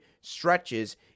stretches